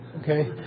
okay